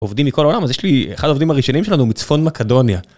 עובדים מכל העולם אז יש לי אחד העובדים הראשונים שלנו מצפון מקדוניה.